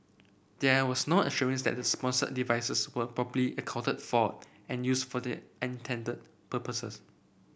there was no assurance that the sponsored devices were properly accounted for and used for the intended purposes